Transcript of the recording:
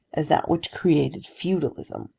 as that which created feudalism